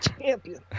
Champion